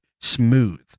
smooth